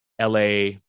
LA